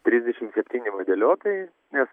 trisdešimt septyni vadeliotojai nes